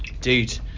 dude